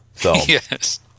Yes